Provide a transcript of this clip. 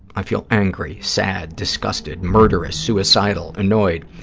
i feel angry, sad, disgusted, murderous, suicidal, annoyed,